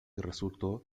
resultó